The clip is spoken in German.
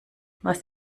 was